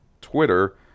twitter